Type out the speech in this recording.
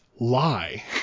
lie